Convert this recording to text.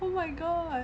oh my god